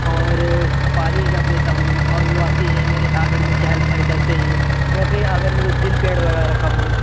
और पानी रख देता हूँ और वो आती हैं मेरे आँगन में चहल पहल करते हैं मैं भी आँगन में दो तीन पेड़ लगा रखा हूँ